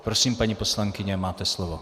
Prosím, paní poslankyně, máte slovo.